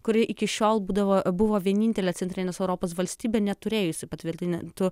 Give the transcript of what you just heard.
kuri iki šiol būdavo buvo vienintelė centrinės europos valstybė neturėjusi patvirtintų